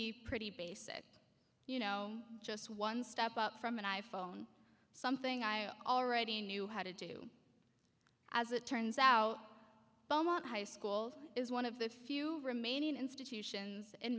be pretty basic you know just one step up from an i phone something i already knew how to do as it turns out belmont high school is one of the few remaining institutions in